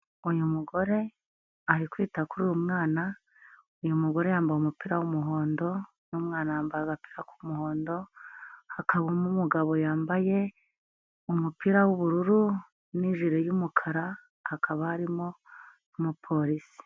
Uyu mugore ari kwita kuri uyu mwana, uyu mugore yambaye umupira w'umuhondo n'umwana yambara agapira k'umuhondo, hakabamo umugabo yambaye umupira w'ubururu n'ijire y'umukara hakaba harimo n'umupolisi.